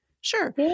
Sure